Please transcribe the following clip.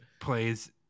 plays